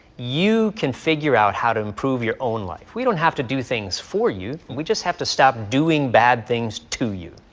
you can figure out how to improve your own life. we don't have to do things for you we just have to stop doing bad things to you.